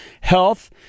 health